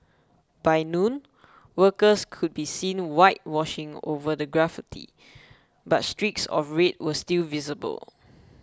by noon workers could be seen whitewashing over the graffiti but streaks of red were still visible